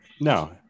no